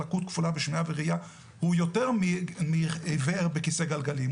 לקות כפולה בשמיעה וראייה הוא יותר מעיוור בכיסא גלגלים,